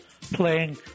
playing